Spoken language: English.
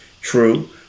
True